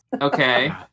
Okay